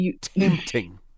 tempting